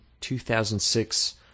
2006